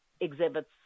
exhibits